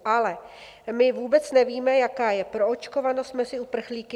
Ale my vůbec nevíme, jaká je proočkovanost mezi uprchlíky.